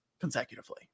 consecutively